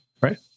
Right